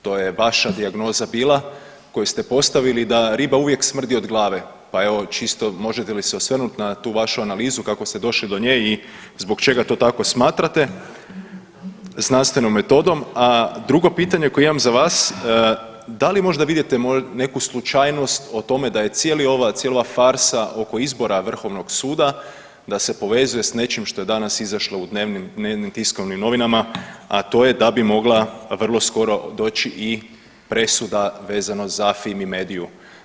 To je vaša dijagnoza bila koju ste postavili da riba uvijek smrdi od glave, pa evo čisto, možete li se osvrnut na tu vašu analizu kako ste došli do nje i zbog čega to tako smatrate znanstvenom metodom a drugo pitanje koje imam za vas, da li možda vidite neku slučajnost o tome da je cijela ova farsa o oko izbora Vrhovnog suda, da se povezuje s nečim što je danas izašlo u dnevnim tiskovnim novinama a to je da bi mogla vrlo skoro doći i presuda vezano za Fimi mediju?